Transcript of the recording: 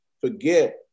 forget